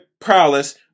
prowess